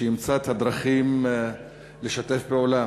שימצא את הדרכים לשתף פעולה